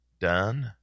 done